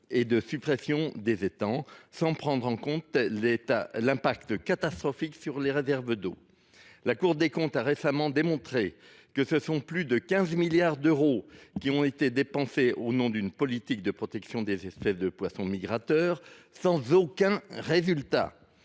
et de suppression des étangs, sans prendre en compte l’impact catastrophique de ces projets sur les réserves d’eau. La Cour des comptes a récemment démontré que plus de 15 milliards d’euros ont été dépensés au nom d’une politique de protection des espèces de poissons migrateurs, sans aucun résultat.